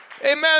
Amen